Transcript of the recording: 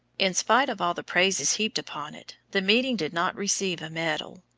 in spite of all the praises heaped upon it, the meeting did not receive a medal.